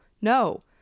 no